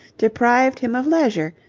deprived him of leisure,